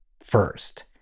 first